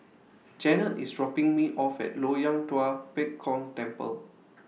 Jennette IS dropping Me off At Loyang Tua Pek Kong Temple